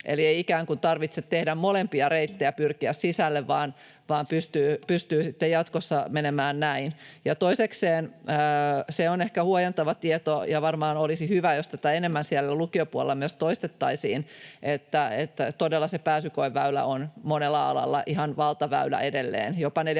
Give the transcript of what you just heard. kuin tarvitse molempia reittejä pyrkiä sisälle, vaan pystyy sitten jatkossa menemään näin. Ja toisekseen, se on ehkä huojentava tieto — ja varmaan olisi hyvä, jos tätä siellä lukiopuolella myös enemmän toistettaisiin — että todella se pääsykoeväylä on monella alalla ihan valtaväylä edelleen: